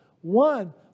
One